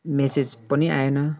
message पनि आएन